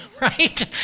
right